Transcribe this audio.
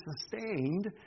sustained